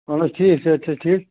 اَہن حظ ٹھیٖک صحت چھےٚ حظ ٹھیٖک